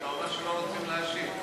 אתה אומר שלא רוצים להשיב.